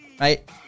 right